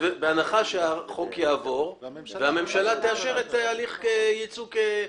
בהנחה שהחוק יעבור והממשלה תאשר את הליך ייצוא קנאביס.